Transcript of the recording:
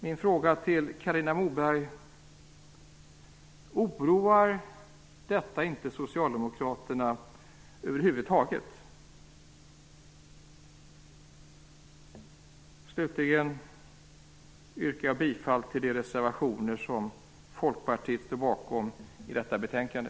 Min fråga till Carina Moberg är: Oroar detta över huvud taget inte socialdemokraterna? Slutligen yrkar jag bifall till de reservationer som Folkpartiet står bakom i detta betänkande.